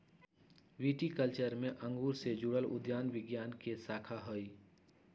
viticulture में अंगूर से जुड़ल उद्यान विज्ञान के शाखा हई